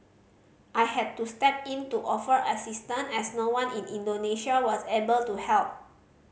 I had to step in to offer assistance as no one in Indonesia was able to help